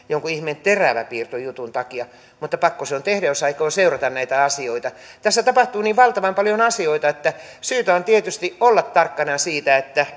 jonkun ihmeen teräväpiirtojutun takia mutta pakko se on tehdä jos aikoo seurata näitä asioita tässä tapahtuu niin valtavan paljon asioita että syytä on tietysti olla tarkkana siitä että